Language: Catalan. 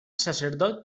sacerdot